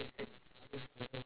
where could we miss it